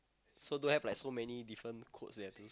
so don't have like so many different codes they have to